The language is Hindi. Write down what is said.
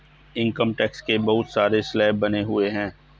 इनकम टैक्स के बहुत सारे स्लैब बने हुए हैं